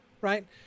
right